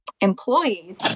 employees